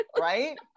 Right